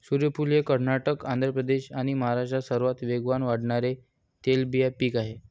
सूर्यफूल हे कर्नाटक, आंध्र प्रदेश आणि महाराष्ट्रात सर्वात वेगाने वाढणारे तेलबिया पीक आहे